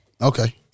okay